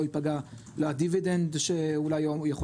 לא יפגע לא הדיווידנד שאולי היום הוא יכול